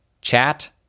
chat